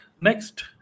next